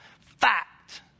Fact